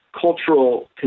cultural